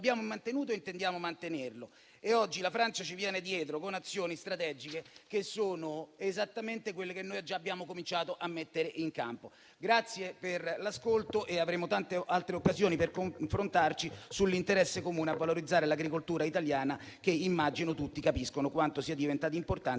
abbiamo mantenuto e intendiamo mantenerlo. Oggi la Francia ci viene dietro con azioni strategiche che sono esattamente quelle che noi abbiamo già cominciato a mettere in campo. Grazie per l'ascolto. Avremo tante altre occasioni per confrontarci sull'interesse comune a valorizzare l'agricoltura italiana, che immagino tutti capiscano quanto sia diventata importante,